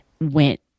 went